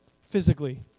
physically